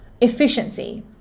efficiency